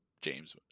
James